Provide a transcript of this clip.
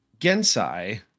Gensai